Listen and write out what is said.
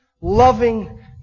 loving